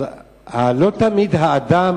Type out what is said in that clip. לא תמיד האדם